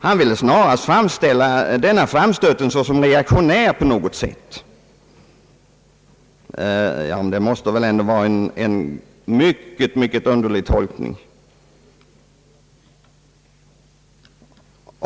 Han ville snarast framställa min framstöt som på något sätt reaktionär, vilket väl måste anses vara en mycket underlig tolkning.